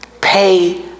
Pay